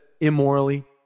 immorally